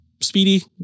Speedy